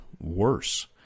worse